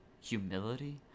Humility